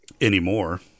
Anymore